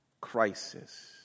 crisis